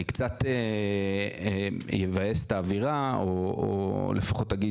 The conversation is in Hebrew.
אני קצת אבאס את האווירה או לפחות אגיד